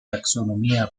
taxonomía